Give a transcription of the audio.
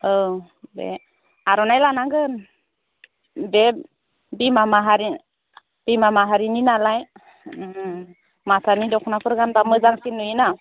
औ दे आर'नाइ लानांगोन बे बिमा माहारि बिमा माहारिनि नालाय माथानि दख'नाफोर गानब्ला मोजांसिन नुयोना